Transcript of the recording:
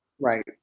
Right